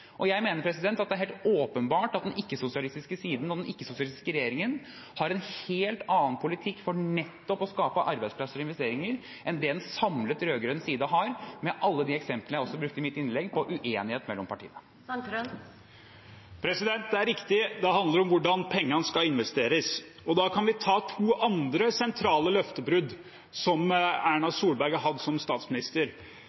næringer. Jeg mener det er helt åpenbart at den ikke-sosialistiske siden og den ikke-sosialistiske regjeringen har en helt annen politikk for å skape arbeidsplasser og investeringer enn det den rød-grønne siden samlet sett har, med alle de eksemplene på uenighet mellom partiene som jeg brukte tid på også i mitt innlegg. Det er riktig: Dette handler om hvordan pengene skal investeres. Da kan vi ta to andre sentrale løftebrudd som